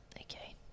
Okay